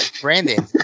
Brandon